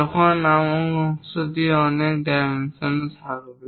যখন অংশটির অনেক ডাইমেনশন থাকবে